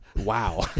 wow